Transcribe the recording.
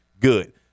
good